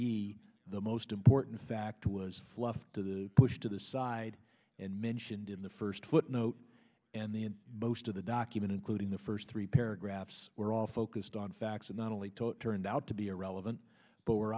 e the most important factor was left to the push to the side and mentioned in the first footnote and then most of the document including the first three paragraphs were all focused on facts and not only taught turned out to be irrelevant but were